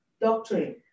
doctrine